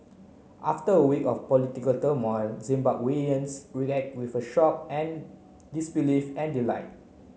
after a week of political turmoil Zimbabweans with shock and disbelief and delight